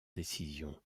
décision